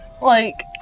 Like-